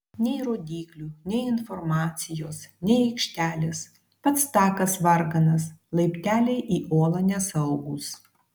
nei rodyklių nei informacijos nei aikštelės pats takas varganas laipteliai į olą nesaugūs